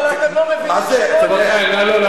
אבל אתם לא מבינים שלא יהיה,